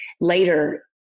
later